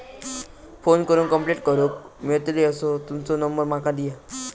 Phone करून complaint करूक मेलतली असो तुमचो नंबर माका दिया?